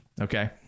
okay